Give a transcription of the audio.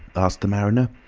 asked the mariner.